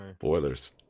Boilers